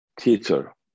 theater